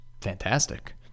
fantastic